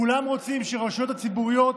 כולם רוצים שהרשויות הציבוריות,